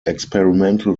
experimental